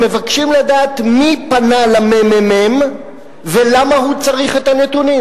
הם מבקשים לדעת מי פנה לממ"מ ולמה הוא צריך את הנתונים.